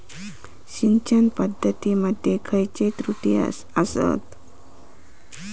सिंचन पद्धती मध्ये खयचे त्रुटी आसत?